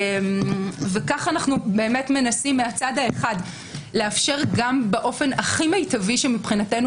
כך אנו מנסים מהצד האחד לאפשר גם באופן הכי מיטיבי שמבחינתנו